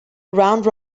round